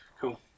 Cool